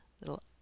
little